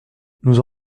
nous